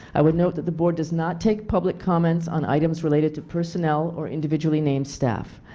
i would note that the board does not take public comments on items related to personnel or individually named staff.